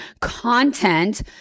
content